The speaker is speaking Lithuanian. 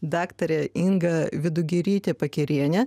daktarė inga vidugirytė pakerienė